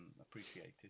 appreciated